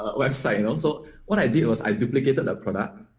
ah website and also what i did was i duplicated up for that.